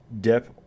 dip